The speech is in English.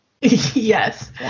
Yes